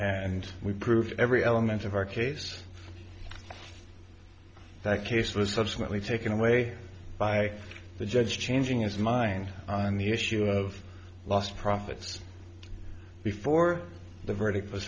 and we proved every element of our case that case was subsequently taken away by the judge changing his mind on the issue of lost profits before the verdict was